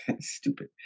Stupid